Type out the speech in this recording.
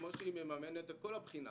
כמו שהיא מממנת את כל הבחינה